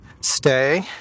Stay